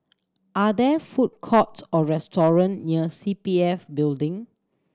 are there food courts or restaurant near C P F Building